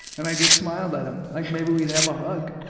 and i just smiled at him like maybe we'd have a hug.